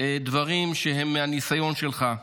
דברים שהם מהניסיון שלך.